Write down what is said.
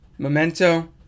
memento